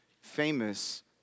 famous